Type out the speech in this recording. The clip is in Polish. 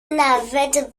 nawet